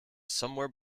somewhere